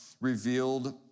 revealed